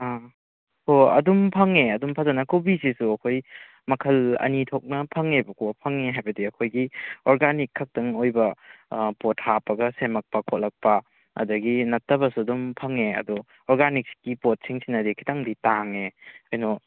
ꯑꯥ ꯍꯣꯏ ꯑꯗꯨꯝ ꯐꯪꯉꯦ ꯑꯗꯨꯝ ꯐꯖꯟꯅ ꯀꯣꯕꯤꯁꯤꯁꯨ ꯑꯩꯈꯣꯏ ꯃꯈꯜ ꯑꯅꯤ ꯊꯣꯛꯅ ꯐꯪꯒꯦꯕꯀꯣ ꯐꯪꯉꯤ ꯍꯥꯏꯕꯗꯤ ꯑꯩꯈꯣꯏꯒꯤ ꯑꯣꯔꯒꯥꯅꯤꯛ ꯈꯛꯇꯪ ꯑꯣꯏꯕ ꯄꯣꯠ ꯍꯥꯞꯄꯒ ꯁꯦꯃꯛꯄ ꯈꯣꯠꯂꯛꯄ ꯑꯗꯒꯤ ꯅꯠꯇꯅꯁꯨ ꯑꯗꯨꯝ ꯐꯪꯉꯦ ꯑꯗꯣ ꯑꯣꯔꯒꯥꯅꯤꯛꯁꯀꯤ ꯄꯣꯠꯁꯤꯡ ꯁꯤꯅꯗꯤ ꯈꯤꯇꯪꯗꯤ ꯇꯥꯡꯉꯦ ꯀꯩꯅꯣ